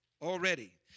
already